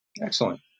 Excellent